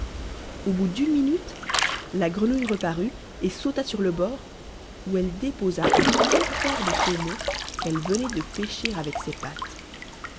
au bout d'une minute la grenouille reparut et sauta sur le bord ou elle déposa un superbe saumon qu'elle venait de pêcher avec ses pattes